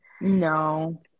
No